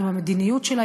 עם המדיניות שלה,